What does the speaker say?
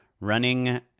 running